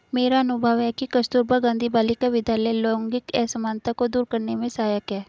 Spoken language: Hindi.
मेरा अनुभव है कि कस्तूरबा गांधी बालिका विद्यालय लैंगिक असमानता को दूर करने में सहायक है